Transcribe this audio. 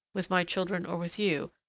with my children or with you,